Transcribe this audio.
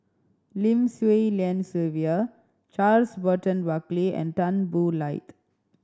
Lim Swee Lian Sylvia Charles Burton Buckley and Tan Boo Liat